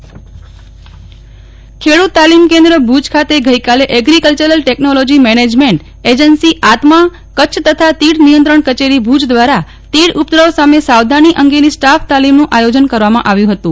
નેહ્લ ઠક્કર તીડ નિયંત્રણ ખેડૂત તાલીમ કેંદ્ર ભુજ ખાતે ચેગ્રીકચરલ ટેક્નોલોજી મેનેજમેન્ટ એજન્સીઆત્મા કચ્છતથા તીડ નિયંત્રણ કચેરી ભુજ દ્વારા તીડ ઉપદ્રવ સામે સાવધાની અંગેની સ્ટાફ તાલીમનું આયોજન કરવામાં આવ્યું હતું